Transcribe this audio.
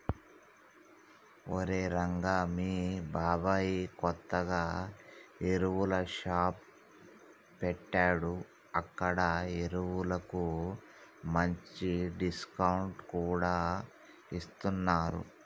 ఒరేయ్ రంగా మీ బాబాయ్ కొత్తగా ఎరువుల షాప్ పెట్టాడు అక్కడ ఎరువులకు మంచి డిస్కౌంట్ కూడా ఇస్తున్నరు